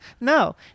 No